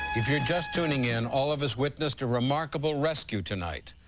if you're just tuning in all of us witnessed a remarkable rescue tonight.